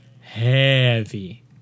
heavy